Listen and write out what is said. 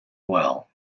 well